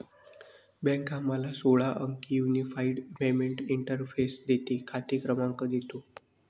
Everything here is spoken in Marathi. बँक आम्हाला सोळा अंकी युनिफाइड पेमेंट्स इंटरफेस देते, खाते क्रमांक देतो